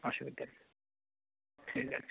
অসুবিধা নেই ঠিক আছে